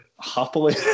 happily